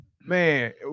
Man